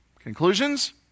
Conclusions